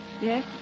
Yes